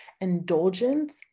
indulgence